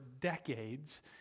decades